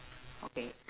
okay